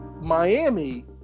Miami